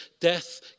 death